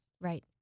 Right